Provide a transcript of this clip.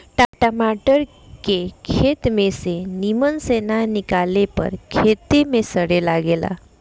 टमाटर के खेत में से निमन से ना निकाले पर खेते में सड़े लगेला